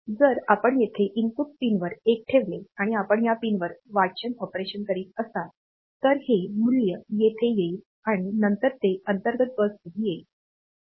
जर आपण येथे इनपुट पिनवर 1 ठेवले आणि आपण या पिनवर वाचन ऑपरेशन करीत असाल तर हे मूल्य येथे येईल आणि नंतर ते अंतर्गत बसमध्ये येईल